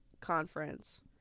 conference